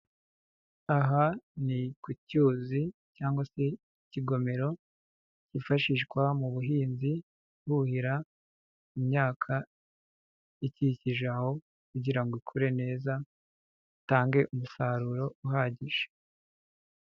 Aha ni ku cyuzi cyangwa se ikigomero, cyifashishwa mu buhinzi, buhira imyaka, ikikije aho kugira ngo ikure neza, itange umusaruro uhagije.